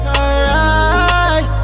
alright